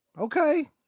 Okay